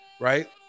Right